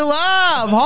love